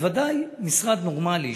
בוודאי משרד נורמלי,